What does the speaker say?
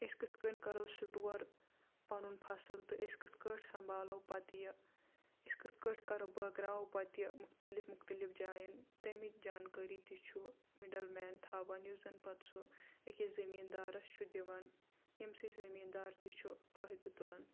أسی کتھ کنۍ کرو سٹور پنن فصل تہٕ إسی کتھِ پٲٹھی سنبالو پتہٕ یہِ أسی کتھِ پٲٹھی کرو بٲگراوو پتہٕ یہِ مختلف مختلف جاین تمچ جانکٲری تہِ چھ مڈل مین تھاوان یُس زَن پتہٕ سُہ اکس ذمیٖندارس چھ دوان ییٚمہِ سۭتۍ ذمیندار تہِ چھ فٲیدٕ تلان